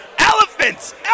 Elephants